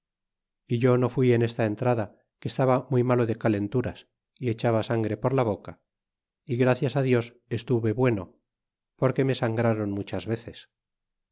é yo no fui en esta entrada que estaba muy malo de calenturas y echaba sangre por la boca é gracias dios estuve bueno porque me sangráron muchas veces